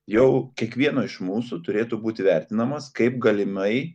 jau kiekvieno iš mūsų turėtų būti vertinamas kaip galimai